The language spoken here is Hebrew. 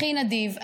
הכי נדיב,